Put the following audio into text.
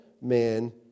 man